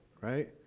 right